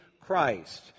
Christ